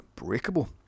unbreakable